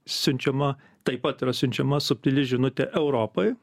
siunčiama taip pat yra siunčiama subtili žinutė europai